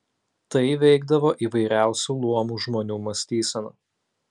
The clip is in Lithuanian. tai veikdavo įvairiausių luomų žmonių mąstyseną